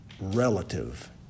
relative